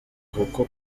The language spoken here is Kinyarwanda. kuko